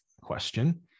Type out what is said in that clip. question